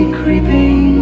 creeping